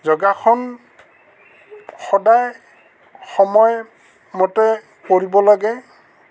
যোগাসন সদায় সময়মতে কৰিব লাগে